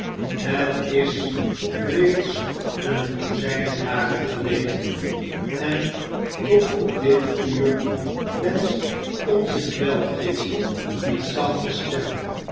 het is reeds een dozijn jaren geleden en tot op dit uur wenscht onze kwelgeest met zachte stem